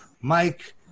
Mike